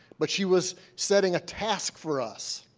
but she was setting a task for us.